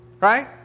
Right